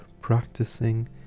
practicing